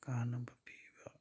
ꯀꯥꯟꯅꯕ ꯄꯤꯕ